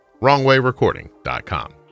WrongwayRecording.com